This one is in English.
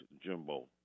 Jimbo